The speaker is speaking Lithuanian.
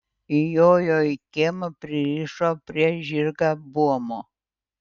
įjojo į kiemą pririšo prie žirgą buomo